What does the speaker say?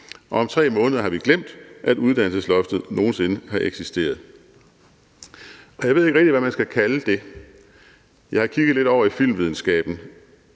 og om 3 måneder har vi glemt, at uddannelsesloftet nogen sinde har eksisteret. Jeg ved ikke rigtig, hvad man skal kalde det. Jeg har kigget lidt over i filmvidenskaben